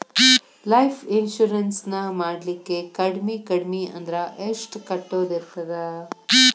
Life insurance ನ ಮಾಡ್ಲಿಕ್ಕೆ ಕಡ್ಮಿ ಕಡ್ಮಿ ಅಂದ್ರ ಎಷ್ಟ್ ಕಟ್ಟೊದಿರ್ತದ?